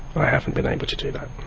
i haven't been able to do that.